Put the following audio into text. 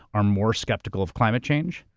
are more skeptical of climate change.